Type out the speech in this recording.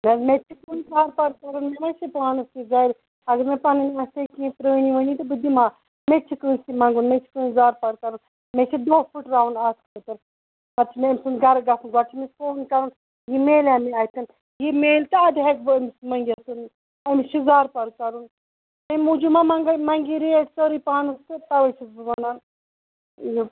نَہ حظ مےٚ تہِ چھُ کانٛسہِ زارٕ پار کَرُن مےٚ ما چھِ پانَس یہِ گھرِ اگر مےٚ پَنٕنۍ آسہِ ہے کیٚنٛہہ پرٛٲنی وٲنی تہٕ بہٕ دِمہٕ ہا مےٚ تہِ چھُ کٲنٛسہِ منٛگُن مےٚ چھُ کٲنٛسہِ زارٕپار کَرُن مےٚ چھُ دۄہ پھٕٹراوُن اَتھ خٲطرٕ پَتہٕ چھُ مےٚ أمۍ سُنٛد گھرٕ گژھُن گۄڈٕ چھُ مےٚ فون کَرُن یہِ میلیٛاہ مےٚ آتیٚن یہِ میلہِ تہٕ اَدٕ ہیٚکہٕ بہٕ أمِس منٛگِتھ تہٕ أمِس چھُ زارٕپار کَرُن تَمہِ موٗجوٗب ما منٛگہِ یہِ ریٹ ژٔرٕے پہنَس تہٕ تَؤے چھیٚس بہٕ وَنان یہِ